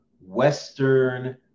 Western